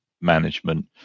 management